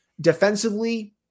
Defensively